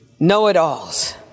Know-it-alls